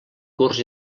curs